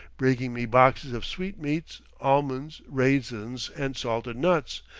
bringing me boxes of sweetmeats, almonds, raisins, and salted nuts,